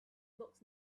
looks